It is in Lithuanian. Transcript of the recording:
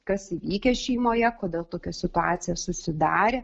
kas įvykę šeimoje kodėl tokia situacija susidarė